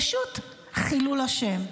פשוט חילול השם.